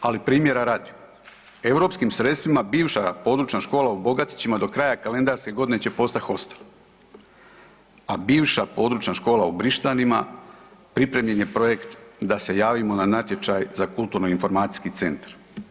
Ali primjera radi, europskim sredstvima bivša područna škola u Bogatićima do kraja kalendarske godine će postat hostel, a bivša područna škola u Brištanima pripremljen je projekt da se javimo na natječaj za kulturno informacijski centar.